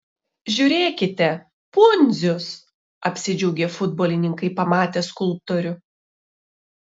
žiūrėkite pundzius apsidžiaugė futbolininkai pamatę skulptorių